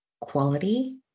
Quality